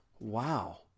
wow